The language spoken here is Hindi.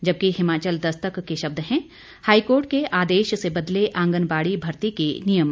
जबकि हिमाचल दस्तक के शब्द हैं हाईकोर्ट के आदेश से बदले आंगनबाड़ी भर्ती के नियम